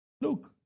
Look